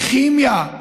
כימיה,